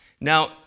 Now